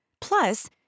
Plus